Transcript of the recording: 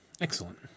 Excellent